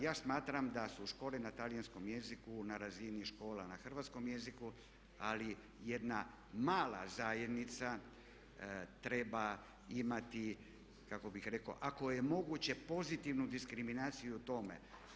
Ja smatram da su škole na talijanskom jeziku na razini škola na hrvatskom jeziku ali jedna mala zajednica treba imati kako bih rekao, ako je moguće pozitivnu diskriminaciju u tome.